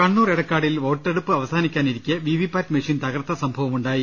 കണ്ണൂർ എടക്കാടിൽ വോട്ടെടുപ്പ് അവസാനിക്കാ നിരിക്കെ വി വി പാറ്റ്മെഷീൻ തകർത്ത സംഭവമുണ്ടായി